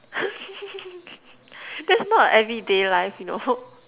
that's not an everyday life you know